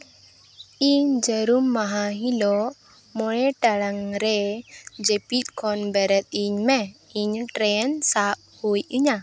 ᱤᱧ ᱡᱟᱨᱩᱢ ᱢᱟᱦᱟ ᱦᱤᱞᱳᱜ ᱢᱚᱬᱮ ᱴᱟᱲᱟᱝ ᱨᱮ ᱡᱟᱹᱯᱤᱫ ᱠᱷᱚᱱ ᱵᱮᱨᱮᱫ ᱤᱧ ᱢᱮ ᱤᱧ ᱴᱨᱮᱹᱱ ᱥᱟᱵ ᱦᱩᱭ ᱤᱧᱟᱹ